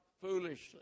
foolishly